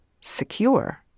secure